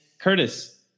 Curtis